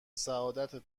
سعادتت